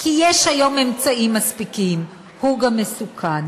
כי יש היום אמצעים מספיקים, הוא גם מסוכן.